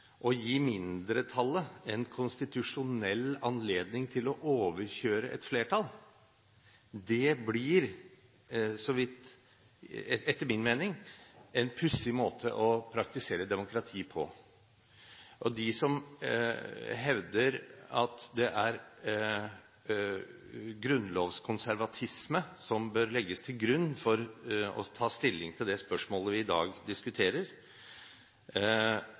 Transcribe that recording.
å gi mindretallet en konstitusjonell anledning til å overkjøre et flertall blir etter min mening en pussig måte å praktisere demokrati på. De som hevder at det er grunnlovskonservatisme som bør legges til grunn for å ta stilling til det spørsmålet vi i dag diskuterer,